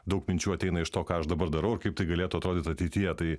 daug minčių ateina iš to ką aš dabar darau ir kaip tai galėtų atrodyt ateityje tai